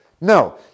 No